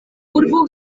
urbo